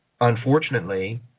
unfortunately